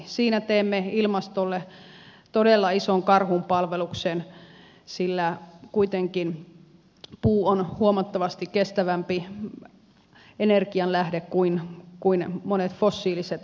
siinä teemme ilmastolle todella ison karhunpalveluksen sillä kuitenkin puu on huomattavasti kestävämpi energianlähde kuin monet fossiiliset polttoaineet